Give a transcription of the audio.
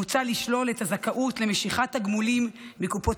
מוצע לשלול את הזכאות למשיכת תגמולים מקופות